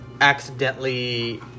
accidentally